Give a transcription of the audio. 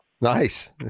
Nice